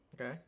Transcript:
Okay